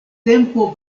tempo